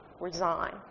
resign